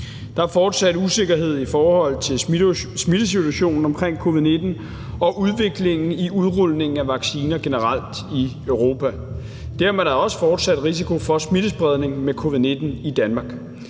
Der er fortsat usikkerhed i forhold til smittesituationen omkring covid-19 og udviklingen i udrulningen af vacciner generelt i Europa. Dermed er der også fortsat risiko for smittespredning med covid-19 i Danmark.